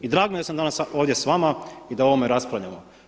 I drago mi je da sam danas ovdje s vama i da o ovome raspravljamo.